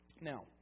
Now